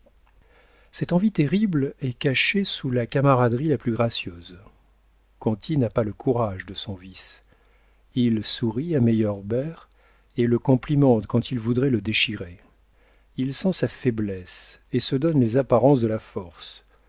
cette envie terrible est cachée sous la camaraderie la plus gracieuse conti n'a pas le courage de son vice il sourit à meyerbeer et le complimente quand il voudrait le déchirer il sent sa faiblesse et se donne les apparences de la force